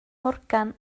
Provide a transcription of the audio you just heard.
morgan